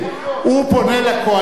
הוא פונה לקואליציה,